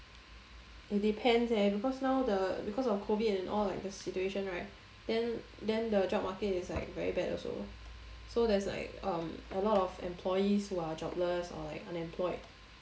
it depends leh because now the because of COVID and all like the situation right then then the job market is like very bad also so there's like um a lot of employees who are jobless or like unemployed